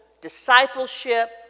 discipleship